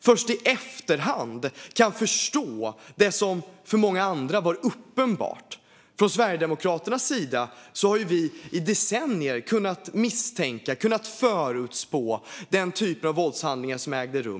Först i efterhand kan de förstå det som för många andra var uppenbart. Från Sverigedemokraternas sida har vi i decennier kunnat misstänka, kunnat förutspå, den typen av våldshandlingar som ägde rum.